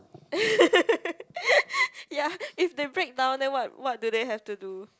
ya if they break down then what what do they have to do